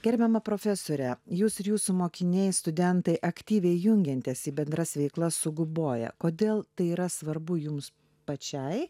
gerbiama profesore jūs ir jūsų mokiniai studentai aktyviai jungiantis į bendras veiklas su guboja kodėl tai yra svarbu jums pačiai